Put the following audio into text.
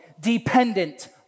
dependent